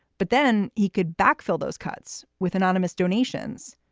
but then he could backfill those cuts with anonymous donations.